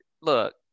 Look